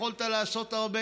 יכולת לעשות הרבה.